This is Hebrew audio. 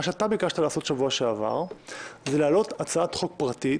מה שביקשת לעשות בשבוע שעבר זה להעלות הצעת חוק פרטית,